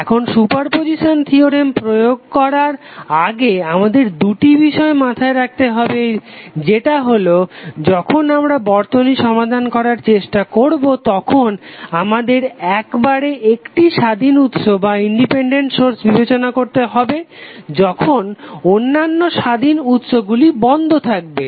এখন superposition theorem প্রয়োগ করার আগে আমাদের দুটি বিষয় মাথায় রাখতে হবে যেটা হলো যখন আমরা বর্তনী সমাধান করতে চেষ্টা করবো তখন আমাদের একবারে একটি স্বাধীন উৎস বিবেচনা করতে হবে যখন অন্যান্য স্বাধীন উৎস গুলি বন্ধ থাকবে